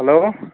hello